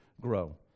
grow